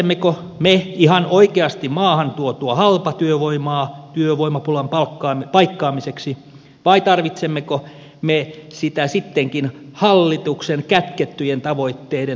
tarvitsemmeko me ihan oikeasti maahan tuotua halpatyövoimaa työvoimapulan paikkaamiseksi vai tarvitsemmeko me sitä sittenkin hallituksen kätkettyjen tavoitteiden toteuttamiseksi